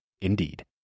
Indeed